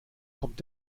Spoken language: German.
kommt